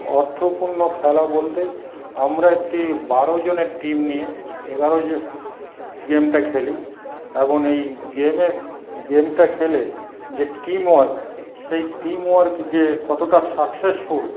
অর্থপূর্ণ খেলা বলতে আমরা একটি বারোজনের টিম নিয়ে এগারোজন গেমটা খেলি এবং এই গেমে গেমটা খেলে যে টিমওয়ার্ক সেই টিমওয়ার্ক যে কতটা সাকসেসফুল